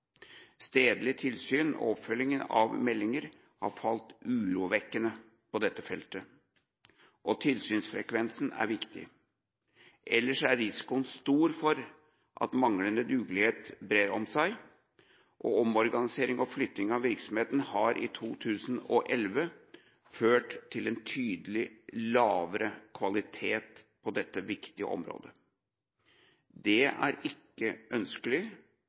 Stedlig tilsyn og oppfølgingen av meldinger har falt urovekkende på dette feltet, og tilsynsfrekvensen er viktig. Ellers er risikoen stor for at manglende dugelighet brer om seg, og omorganisering og flytting av virksomheten har i 2011 ført til en tydelig lavere kvalitet på dette viktige området. Det er ikke ønskelig